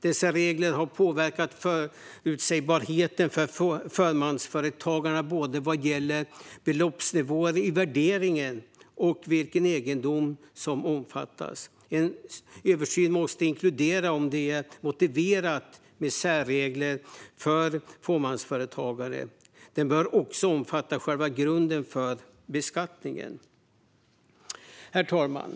Dessa regler har påverkat förutsägbarheten för fåmansföretagarna vad gäller både beloppsnivåer i värderingen och vilken egendom som omfattas. En översyn måste inkludera om det är motiverat med särregler för fåmansföretagare. Den bör också omfatta själva grunden för beskattningen. Herr talman!